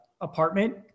apartment